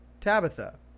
Tabitha